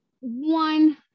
one